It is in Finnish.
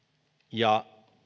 ja